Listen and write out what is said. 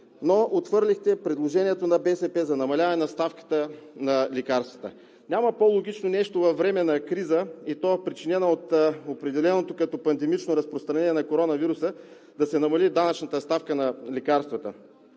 но отхвърлихте предложението на БСП за намаляване на ставката на лекарствата. Няма по-логично нещо във време на криза, и то причинена от определеното като пандемично разпространение на коронавируса, да се намали данъчната ставка на лекарствата.